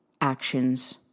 actions